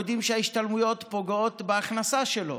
אנחנו יודעים שההשתלמויות פוגעות בהכנסה שלו: